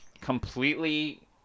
completely